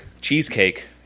Cheesecake